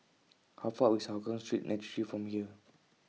How Far away IS Hougang Street nine three from here